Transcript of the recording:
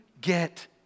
get